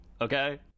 Okay